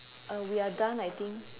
uh we are done I think